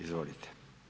Izvolite.